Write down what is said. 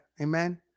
Amen